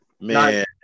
man